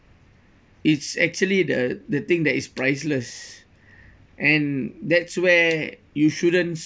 it's actually the the thing that is priceless and that's where you shouldn't